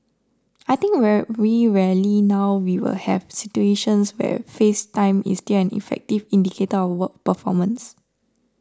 I think very rarely now we will have situations where face time is still an effective indicator of work performance